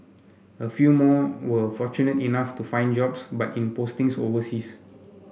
a few more were fortunate enough to find jobs but in postings overseas